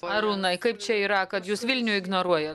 arūnai kaip čia yra kad jus vilnių ignoruoja